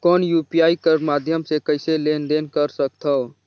कौन यू.पी.आई कर माध्यम से कइसे लेन देन कर सकथव?